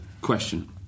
question